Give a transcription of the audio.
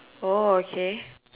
okay